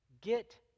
Get